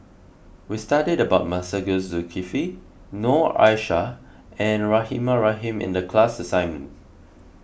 we studied about Masagos Zulkifli Noor Aishah and Rahimah Rahim in the class assignment